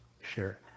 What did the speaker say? Sure